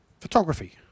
Photography